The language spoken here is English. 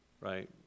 right